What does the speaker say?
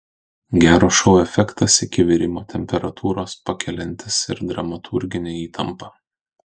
gero šou efektas iki virimo temperatūros pakeliantis ir dramaturginę įtampą